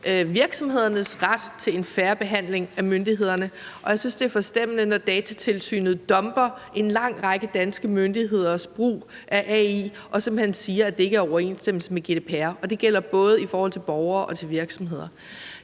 virksomhedernes ret til en fair behandling af myndighederne, og jeg synes, det er forstemmende, når Datatilsynet dumper en lang række danske myndigheders brug af AI og simpelt hen siger, at det ikke er i overensstemmelse med GDPR. Det gælder både i forhold til borgere og til virksomheder.